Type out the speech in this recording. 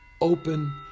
open